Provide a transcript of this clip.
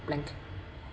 blank